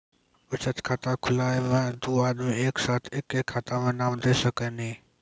बचत खाता खुलाए मे दू आदमी एक साथ एके खाता मे नाम दे सकी नी?